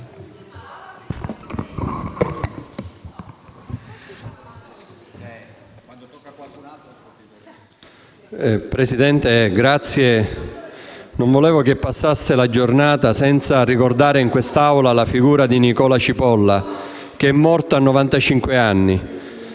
Presidente, non volevo che passasse la giornata senza ricordare in questa Assemblea la figura di Nicola Cipolla, che è morto a